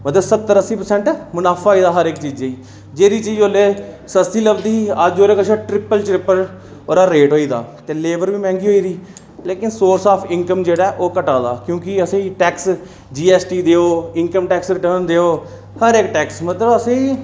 मतलब सत्तर अस्सी परसैंट मुनाफा होई गेदा हर इक चीजै गी जेह्ड़ी चीज ओल्लै सस्ती लभदी ही अज्ज ते लेबर बी मैंह्गी होई गेदी लेकिन सोरस आफ इंकम ओह् घटा दा क्योंकि असेंगी टैक्स जी ऐस टी देओ हर इक टैक्स मतलब असेंगी